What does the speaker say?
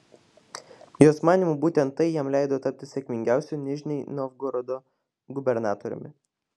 jos manymu būtent tai jam leido tapti sėkmingiausiu nižnij novgorodo gubernatoriumi